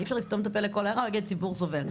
אי אפשר לסתום את הפה לכל הערה ולהגיד שהציבור סובל,